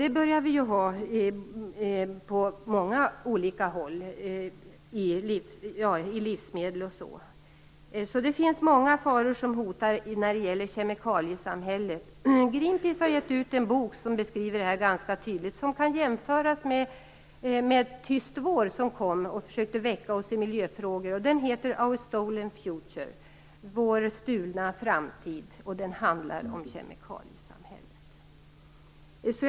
Det börjar förekomma på många olika håll, i livsmedel osv. Det finns alltså många faror som hotar i kemikaliesamhället. Greenpeace har gett ut en bok där detta beskrivs ganska tydligt. Den kan jämföras med Tyst vår, som när den kom försökte väcka oss i miljöfrågor. Boken heter Our stolen future, vår stulna framtid, och handlar om kemikaliesamhället.